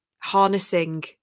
harnessing